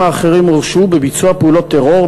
האחרים הורשעו בביצוע פעולות טרור,